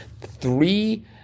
three